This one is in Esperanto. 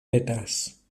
petas